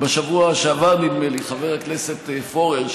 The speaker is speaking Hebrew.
בשבוע שעבר, נדמה לי, חבר הכנסת פורר,